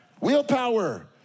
Willpower